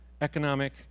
economic